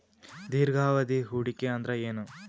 ದೀರ್ಘಾವಧಿ ಹೂಡಿಕೆ ಅಂದ್ರ ಏನು?